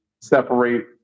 separate